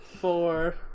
Four